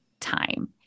time